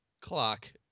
clock